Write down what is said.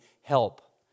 help